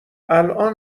ستاره